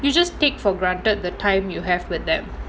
you just take for granted the time you have with them